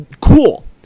cool